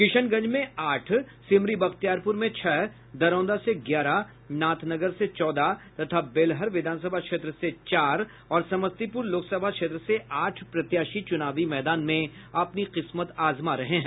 किशनगंज में आठ सिमरी बख्तियारपुर में छह दरौंदा से ग्यारह नाथनगर से चौदह तथा बेलहर विधानसभा क्षेत्र से चार और समस्तीपुर लोकसभा क्षेत्र से आठ प्रत्याशी चुनावी मैदान में अपनी किस्मत आजमा रहे हैं